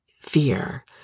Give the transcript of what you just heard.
fear